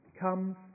comes